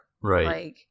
right